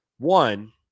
One